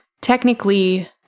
Technically